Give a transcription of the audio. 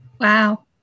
Wow